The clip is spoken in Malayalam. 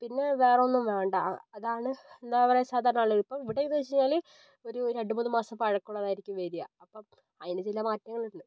പിന്നെ വേറൊന്നും വേണ്ട അതാണ് എന്താ പറയുക സാധാരണ ആളുകൾക്കും ഇപ്പം ഇവിടെ എന്ന് വെച്ച് കഴിഞ്ഞാൽ ഒരു രണ്ടു മൂന്നു മാസം പഴക്കമുള്ളതായിരിക്കും വരിക അപ്പം അതിന് ചില മാറ്റങ്ങളുണ്ട്